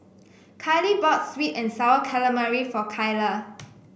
Kylie bought sweet and sour calamari for Kylah